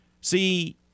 See